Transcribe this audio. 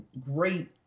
great